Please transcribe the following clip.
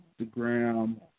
Instagram